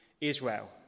Israel